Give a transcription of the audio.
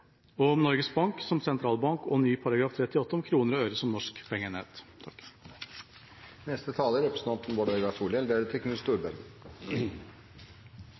Norges Bank som sentralbank, og ny § 38, om kroner og øre som norsk